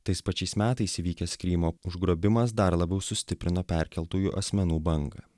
tais pačiais metais įvykęs krymo užgrobimas dar labiau sustiprina perkeltųjų asmenų bangą